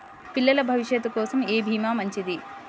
పిల్లల భవిష్యత్ కోసం ఏ భీమా మంచిది?